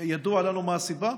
ידוע לנו מה הסיבה?